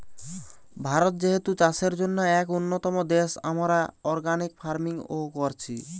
ভারত যেহেতু চাষের জন্যে এক উন্নতম দেশ, আমরা অর্গানিক ফার্মিং ও কোরছি